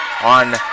on